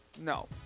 No